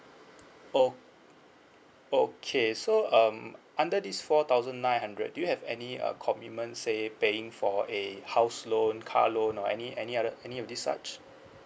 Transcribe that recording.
o~ okay so um under these four thousand nine hundred do you have any uh commitment say paying for a house loan car loan or any any other any of these such